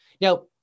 Now